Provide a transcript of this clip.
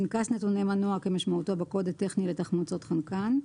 פנקס נתוני מנוע כמשמעותו בקוד הטכני לתחמוצות חנקן,